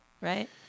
right